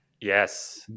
Yes